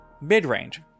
mid-range